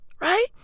right